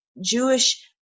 Jewish